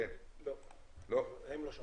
לכן אנחנו כן